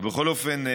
בכל אופן,